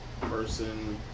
person